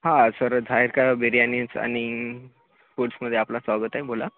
हा सर झायका बिर्यानीज आणि फूड्समध्ये आपला स्वागत आहे बोला